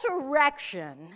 resurrection